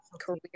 career